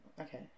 okay